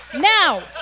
now